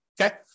Okay